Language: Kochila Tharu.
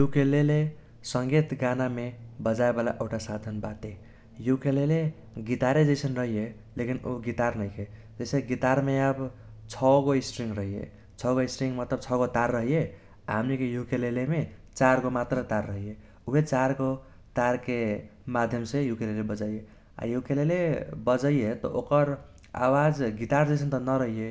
उकेलेले संगीत गानामे बजाए वाला एउटा साधन बाटे। उकेलेले गितारे जैसन रहैये लेकिन ऊ गितार नैखे। जैसे गितारमे अब छगो स्ट्रिंग रहैये, छगो स्ट्रिंग मतलब छगो तार रहैये आ हमनिके उकेलेलेमे चारगो मात्र तार रहैये। उहे चारगो तारके माध्यमसे उकेलेले बजैये, आ उकेलेले बजैये त ओकर आवाज गितार जैसन त नरहैये।